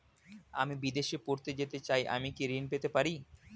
আমি বিদেশে পড়তে যেতে চাই আমি কি ঋণ পেতে পারি?